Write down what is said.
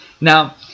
Now